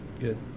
Good